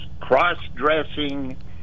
cross-dressing